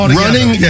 running